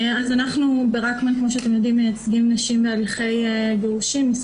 ב"רקמן" מייצגים נשים בהליכי גירושין.